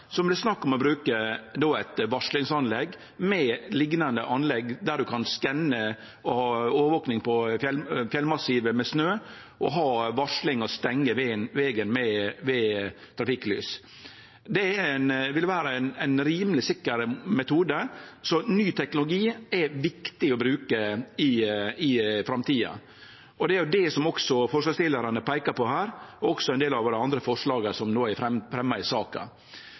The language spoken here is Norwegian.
snakk om å bruke eit varslingsanlegg med eit liknande system der ein kan skanne og ha overvaking på fjellmassivet med snø, og ha varsling og stengje vegen med trafikklys. Det vil vere ein rimeleg sikker metode. Så ny teknologi er viktig å bruke i framtida. Det er det også forslagsstillarane peikar på her, og det same gjeld ein del av dei andre forslaga som er fremja i saka.